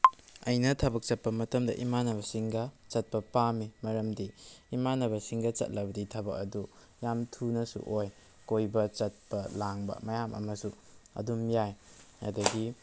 ꯑꯩꯅ ꯊꯕꯛ ꯆꯠꯄ ꯃꯇꯝꯗ ꯏꯃꯥꯟꯅꯕꯁꯤꯡꯒ ꯆꯠꯄ ꯄꯥꯝꯃꯤ ꯃꯔꯝꯗꯤ ꯏꯃꯥꯟꯅꯕꯁꯤꯡꯒ ꯆꯠꯂꯕꯗꯤ ꯊꯕꯛ ꯑꯗꯨ ꯌꯥꯝ ꯊꯨꯅꯁꯨ ꯑꯣꯏ ꯀꯣꯏꯕ ꯆꯠꯄ ꯂꯥꯡꯕ ꯃꯌꯥꯝ ꯑꯃꯁꯨ ꯑꯗꯨꯝ ꯌꯥꯏ ꯑꯗꯒꯤ